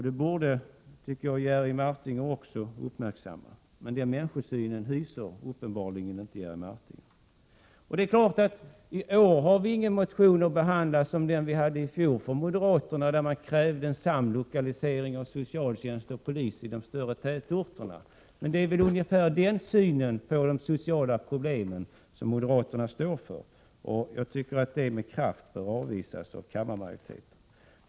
Det borde också Jerry Martinger uppmärksamma. Men den människosynen har uppenbarligen inte Jerry Martinger. I år har vi inte att behandla någon motion liknande den moderaterna väckte i fjol, där man krävde en samlokalisering av socialtjänst och polis i de större tätorterna. Det är väl ungefär den synen på de sociala problemen som moderaterna står för. Jag tycker att den synen med kraft bör avvisas av kammarmajoriteten.